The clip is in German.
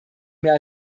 mehr